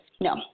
No